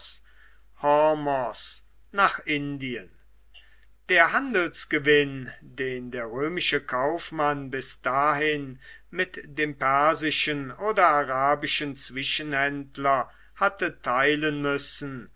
nach indien der handelsgewinn den der römische kaufmann bis dahin mit dem persischen oder arabischen zwischenhändler hatte teilen müssen